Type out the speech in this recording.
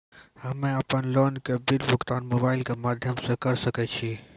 हम्मे अपन लोन के बिल भुगतान मोबाइल के माध्यम से करऽ सके छी?